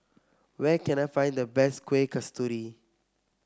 where can I find the best Kuih Kasturi